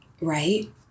right